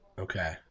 okay